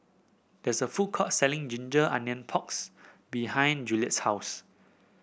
there is a food court selling ginger onion porks behind Juliet's house